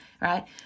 right